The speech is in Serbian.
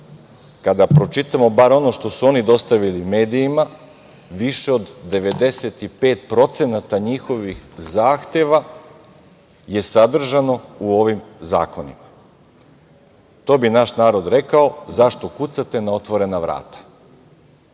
kada pročitamo bar ono što su oni dostavili medijima, više od 95% njihovih zahteva je sadržano u ovim zakonima. To bi naš narod rekao – zašto kucate na otvorena vrata. To